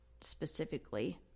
specifically